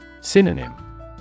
Synonym